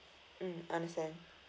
mm understand